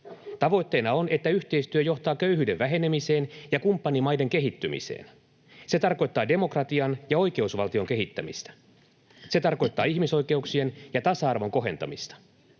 Tavoitteena on, että yhteistyö johtaa köyhyyden vähenemiseen ja kumppanimaiden kehittymiseen. Se tarkoittaa demokratian ja oikeusvaltion kehittämistä. Se tarkoittaa ihmisoikeuksien ja tasa-arvon kohentamista.